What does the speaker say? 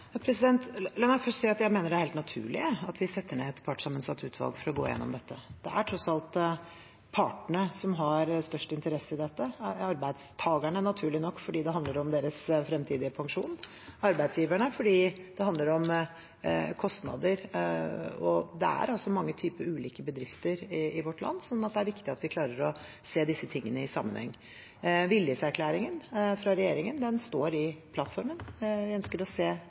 La meg først si at jeg mener det er helt naturlig at vi setter ned et partssammensatt utvalg for å gå gjennom dette. Det er tross alt partene som har størst interesse i dette – arbeidstakerne, naturlig nok, fordi det handler om deres fremtidige pensjon, og arbeidsgiverne fordi det handler om kostnader. Det er mange ulike typer bedrifter i vårt land, så det er viktig at vi klarer å se disse tingene i sammenheng. Viljeserklæringen fra regjeringen står i plattformen. Vi ønsker å se